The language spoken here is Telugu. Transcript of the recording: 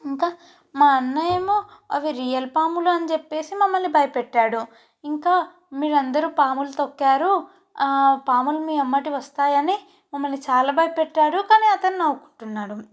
ఇంకా మా అన్నయేమో అవి రియల్ పాములు అని చెప్పి మమ్మల్ని భయపెట్టాడు ఇంకా మీరందరూ పాములు తొక్కారు పాములు మీ వెంబటి వస్తాయని అని మమ్మల్ని చాలా భయపెట్టాడు కానీ అతను నవ్వుకున్నాడు